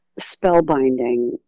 spellbinding